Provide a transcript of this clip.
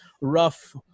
rough